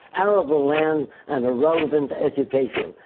arable land and relevant education.